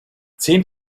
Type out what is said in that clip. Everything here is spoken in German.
zehn